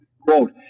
Quote